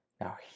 Now